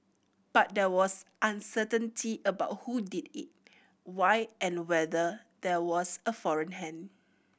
but there was uncertainty about who did it why and whether there was a foreign hand